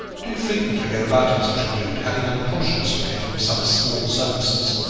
do frequently go about in such a mood, having unconscionably from some small circumstance,